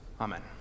Amen